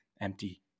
empty